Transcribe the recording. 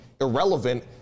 irrelevant